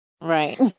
Right